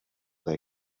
they